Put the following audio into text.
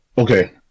Okay